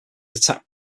attacked